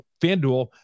Fanduel